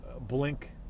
blink